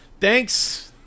Thanks